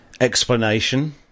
explanation